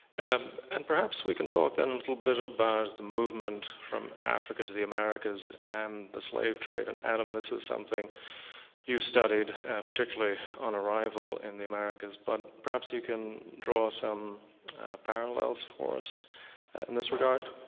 and and perhaps we can talk then a little bit about the movement from africa to the americas and the slave trade. and adam, this is something you've studies particularly on arrival in the americas. but perhaps you can draw some parallels for us in this regard.